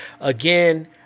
Again